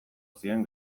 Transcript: zien